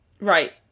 Right